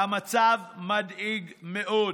והמצב מדאיג מאוד.